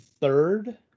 third